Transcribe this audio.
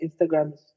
Instagram